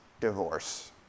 divorce